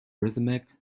rhythmic